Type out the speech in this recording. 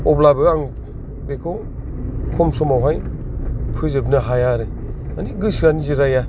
आब्लाबो आं बेखौ खम समावहाय फोजोबनो हाया आरो माने गोसोयानो जिराया